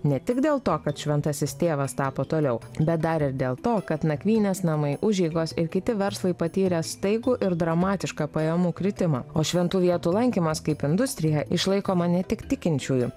ne tik dėl to kad šventasis tėvas tapo toliau bet dar ir dėl to kad nakvynės namai užeigos ir kiti verslai patyrė staigų ir dramatišką pajamų kritimą o šventų vietų lankymas kaip industrija išlaikoma ne tik tikinčiųjų